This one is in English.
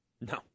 No